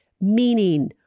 meaning